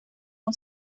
con